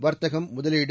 வர்த்தகம் முதலீடு